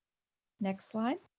next slide.